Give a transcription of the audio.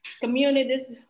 communities